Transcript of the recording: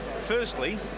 firstly